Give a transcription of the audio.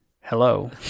Hello